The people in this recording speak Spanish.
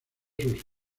sus